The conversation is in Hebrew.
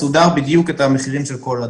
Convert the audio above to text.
מסודר בדיוק את המחירים של כל הדברים.